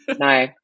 No